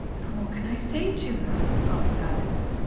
but what can i say to her? asked alex.